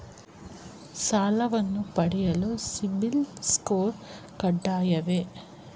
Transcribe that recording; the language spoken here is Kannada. ಸಾಲವನ್ನು ಪಡೆಯಲು ಸಿಬಿಲ್ ಸ್ಕೋರ್ ಕಡ್ಡಾಯವೇ?